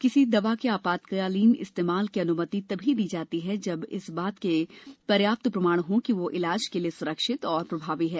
किसी दवा के आपातकालीन इस्तेमाल की अनुमति तभी दी जाती है जब इस बात के पर्याप्त प्रमाण हों कि वह इलाज के लिए सुरक्षित और प्रभावी है